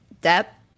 depth